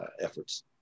efforts